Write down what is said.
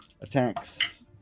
attacks